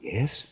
Yes